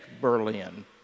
Berlin